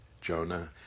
Jonah